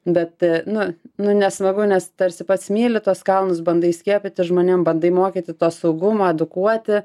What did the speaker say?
bet nu nu nesmagu nes tarsi pats myli tuos kalnus bandai įskiepyti žmonėm bandai mokyti tuos saugumą edukuoti